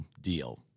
deal